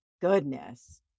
goodness